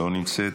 לא נמצאת,